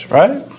right